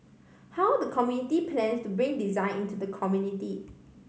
how the committee plans to bring design into the community